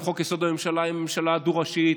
עם חוק-יסוד: הממשלה על ממשלה דו-ראשית,